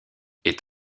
est